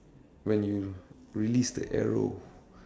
when you release the arrow